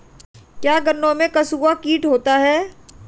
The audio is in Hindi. क्या गन्नों में कंसुआ कीट होता है?